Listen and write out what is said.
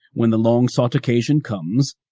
when the long-sought occasion comes,